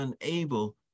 unable